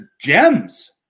gems